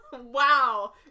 Wow